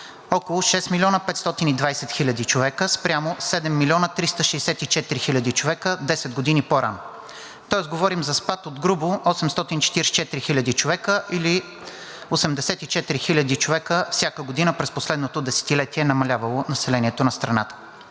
около 6 млн. 520 хил. човека спрямо 7 млн. 364 хил. човека десет години по-рано, тоест говорим за спад от грубо 844 хил. човека, или с 84 хил. човека всяка година през последното десетилетие е намалявало населението на страната.